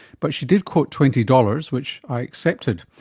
but she did quote twenty dollars which i accepted,